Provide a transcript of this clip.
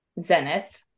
Zenith